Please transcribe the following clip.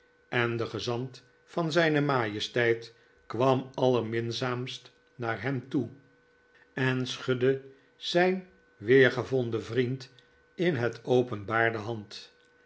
en de gezant van zijne majesteit kwam allerminzaamst naar hem toe en schudde zijn weergevonden vriend in het openbaar de hand